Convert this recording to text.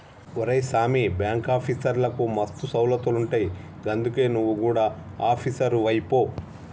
ఒరే సామీ, బాంకాఫీసర్లకు మస్తు సౌలతులుంటయ్ గందుకే నువు గుడ ఆపీసరువైపో